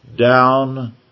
down